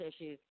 issues